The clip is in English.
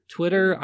Twitter